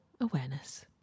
awareness